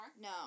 No